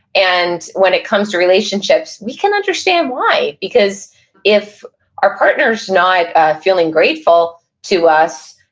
and when it comes to relationships, we can understand why, because if our partners not feeling grateful to us,